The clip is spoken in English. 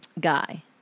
Guy